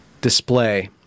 display